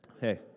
Hey